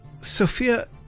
Sophia